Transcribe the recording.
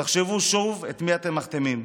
תחשבו שוב את מי אתם מכתימים.